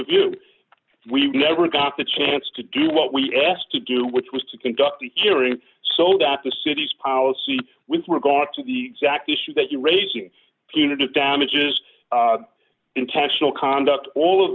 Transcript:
review we never got the chance to do what we asked to do which was to conduct the hearing sold out the city's policy with regard to the exact issues that you're raising punitive damages intentional conduct all of